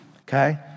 okay